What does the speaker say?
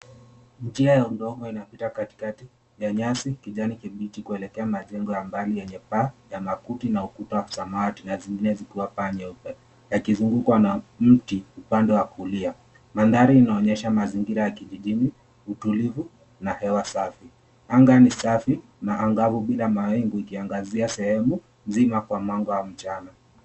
Njia ya udongo inapita katikati ya nyasi kijani kibichi kuelekea majengo ya mbali yenye paa ya makuti na ukuta wa samawati na zingine zikiwa paa nyeupe yakizungukwa na mti upande wa kulia. Mandhari inaonyesha mazingiwa ya kijijini, utulivu na hewa safi. Anga ni safi na angavu bila mawingu ikiangazia sehemu nzima kwa mwanga wa mchana.